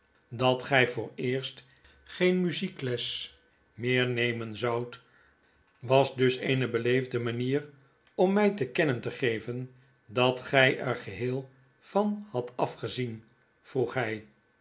dat gij vooreerst geen muziekles meer nemen zoudt was dus eene beleefde manier om my te kennen te geven dat gy er geheel van hadt afgezien vroeg hy